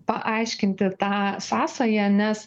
paaiškinti tą sąsają nes